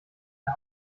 der